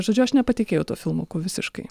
žodžiu aš nepatikėjau tuo filmuku visiškai